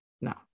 No